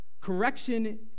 Correction